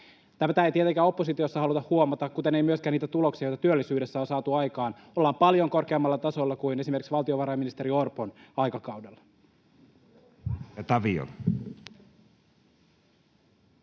Tätä ei tietenkään oppositiossa haluta huomata, kuten ei myöskään niitä tuloksia, joita työllisyydessä on saatu aikaan: ollaan paljon korkeammalla tasolla kuin esimerkiksi valtiovarainministeri Orpon aikakaudella.